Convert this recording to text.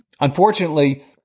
unfortunately